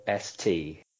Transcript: st